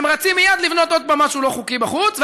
הם רצים מייד לבנות עוד פעם משהו לא חוקי בחוץ,